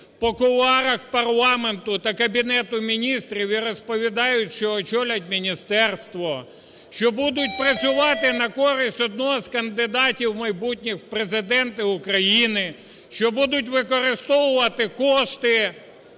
по кулуарах парламенту та Кабінету Міністрів і розповідають, що очолять міністерство, що будуть працювати на користь одного з кандидатів майбутніх в Президенти України, що будуть використовувати кошти,